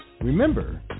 Remember